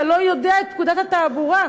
אתה לא יודע את פקודת התעבורה.